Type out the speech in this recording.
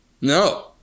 No